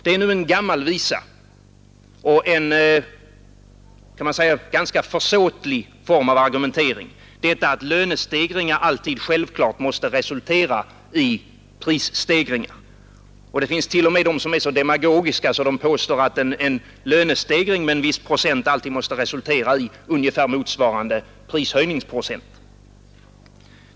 Det är en gammal visa, och en ganska försåtlig form av argumentering, att lönestegringar alltid måste resultera i prisstegringar; det finns t.o.m. de som är så demagogiska att de påstår att en lönestegring med en viss procent alltid måste resultera i ungefär motsvarande prishöjningsprocent.